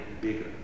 bigger